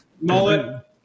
Mullet